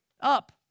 up